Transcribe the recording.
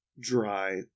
dry